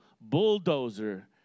bulldozer